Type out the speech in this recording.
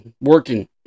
working